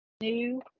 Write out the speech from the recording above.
new